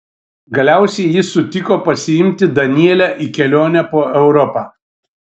galiausiai jis sutiko pasiimti danielę į kelionę po europą